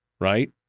right